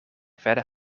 verder